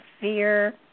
Fear